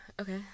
okay